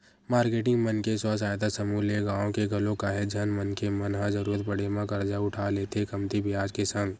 marketing मन के स्व सहायता समूह ले गाँव के घलोक काहेच झन मनखे मन ह जरुरत पड़े म करजा उठा लेथे कमती बियाज के संग